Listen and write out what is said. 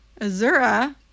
Azura